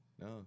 No